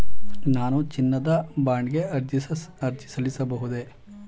ನಾನು ಚಿನ್ನದ ಬಾಂಡ್ ಗೆ ಅರ್ಜಿ ಸಲ್ಲಿಸಬಹುದೇ?